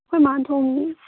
ꯑꯩꯈꯣꯏ ꯃꯥꯅ ꯊꯣꯡꯉꯤ